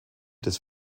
des